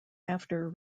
after